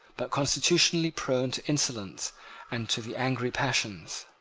but constitutionally prone to insolence and to the angry passions.